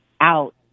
out